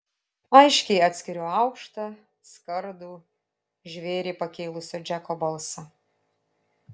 aiškiai atskiriu aukštą skardų žvėrį pakėlusio džeko balsą